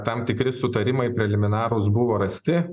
tam tikri sutarimai preliminarūs buvo rasti